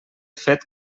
fet